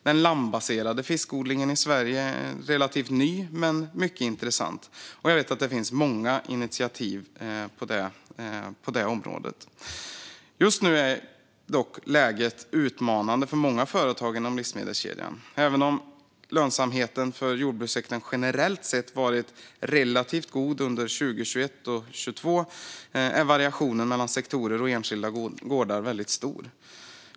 Den landbaserade fiskodlingen i Sverige är relativt ny men mycket intressant, och jag vet att det finns många initiativ på området. Just nu är dock läget utmanande för många företag inom livsmedelskedjan. Även om lönsamheten för jordbrukssektorn generellt sett varit relativt god under 2021 och 2022 är variationen mellan sektorer och enskilda gårdar väldigt stor.